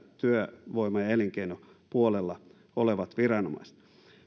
työvoima ja elinkeinopuolella olevat viranomaiset